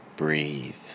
breathe